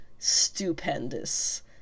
stupendous